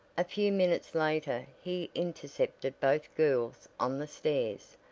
a few minutes later he intercepted both girls on the stairs,